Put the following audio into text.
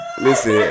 Listen